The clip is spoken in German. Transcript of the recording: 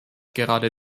gerade